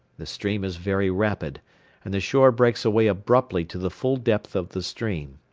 the stream is very rapid and the shore breaks away abruptly to the full depth of the stream.